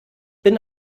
bin